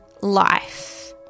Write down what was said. life